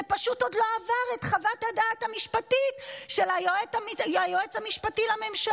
זה פשוט עוד לא עבר את חוות הדעת המשפטית של היועץ המשפטי לממשלה.